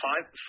five